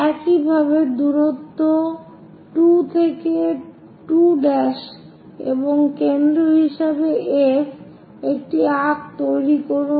একইভাবে দূরত্ব 2 থেকে 2' এবং কেন্দ্র হিসাবে F একটি আর্ক্ তৈরি করুন